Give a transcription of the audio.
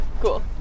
Cool